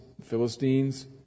Philistines